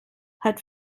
hat